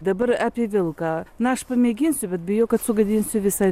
dabar apie vilką na aš pamėginsiu bet bijau kad sugadinsiu visą